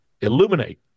illuminate